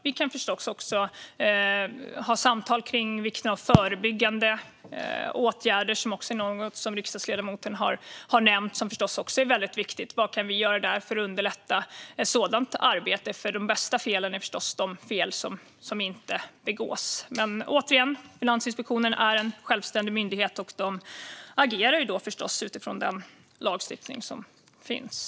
Vi kan förstås även ha samtal om vikten av förebyggande åtgärder, vilket också är något som riksdagsledamoten har nämnt. Det är givetvis viktigt. Vad kan vi göra för att underlätta ett sådant arbete? De bästa felen är förstås de fel som inte begås. Men, återigen: Finansinspektionen är en självständig myndighet, och den agerar utifrån den lagstiftning som finns.